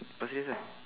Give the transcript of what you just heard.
after this ah